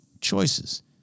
choices